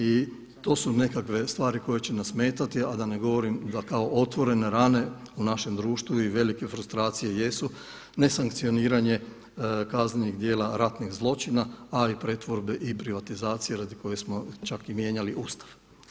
I to su nekakve stvari koje će nas smetati, a da ne govorim da kao otvorene rane u našem društvu i velike frustracije jesu nesankcioniranje kaznenih djela ratnih zločina ali i pretvorbe i privatizacije radi koje smo čak i mijenjali Ustav.